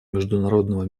международного